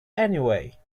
anyway